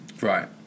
Right